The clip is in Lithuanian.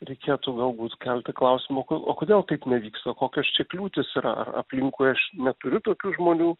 reikėtų galbūt kelti klausimą ok o kodėl taip nevyksta kokios čia kliūtys yra aplinkui aš neturiu tokių žmonių